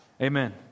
Amen